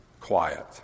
quiet